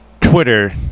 Twitter